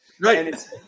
Right